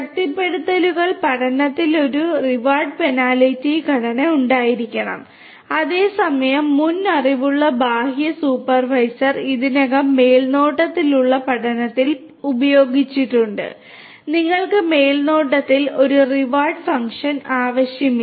ശക്തിപ്പെടുത്തൽ പഠനത്തിൽ ഒരു റിവാർഡ് പെനാൽറ്റി ഘടന ഉണ്ടായിരിക്കണം അതേസമയം മുൻ അറിവുള്ള ബാഹ്യ സൂപ്പർവൈസർ ഇതിനകം മേൽനോട്ടത്തിലുള്ള പഠനത്തിൽ ഉപയോഗിച്ചിട്ടുണ്ട് നിങ്ങൾക്ക് മേൽനോട്ടത്തിൽ ഒരു റിവാർഡ് ഫംഗ്ഷൻ ആവശ്യമില്ല